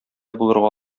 булырга